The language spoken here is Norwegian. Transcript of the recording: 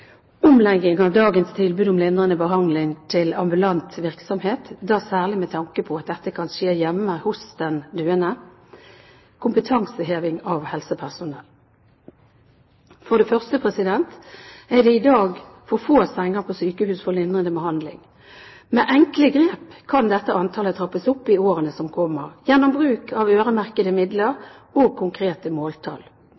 omlegging av dagens tilbud om lindrende behandling til ambulant virksomhet, da særlig med tanke på at dette kan skje hjemme hos den døende kompetanseheving av helsepersonell For det første er det i dag for få senger på sykehus for lindrende behandling. Med enkle grep kan dette antallet trappes opp i årene som kommer, gjennom bruk av øremerkede